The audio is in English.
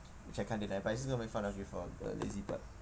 which I can't deny but I just going to make fun of you for the lazy part